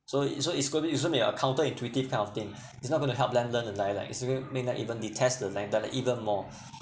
so it's going it's going to it's going to be a counter intuitive kind of thing it's not going to help them learn the dialect it's going to make them even detest the dialect even more